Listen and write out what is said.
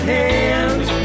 hands